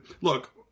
look